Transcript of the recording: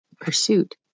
pursuit